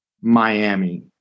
Miami